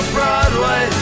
Broadway